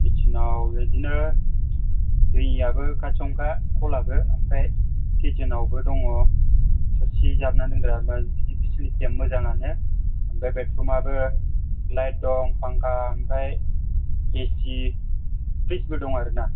किटसेनाव बिदिनो दैयाबो खाथियावनोखा कलआबो ओमफ्राय किटसेनावबो दङ' थोरसि जाबनानै दोनग्रा बिदि फेसिलिटिया मोजाङानो ओमफ्राय बेदरुमआबो लाइट दं फांखा ओमफ्राय ए सि फ्रिद्जबो दं आरोना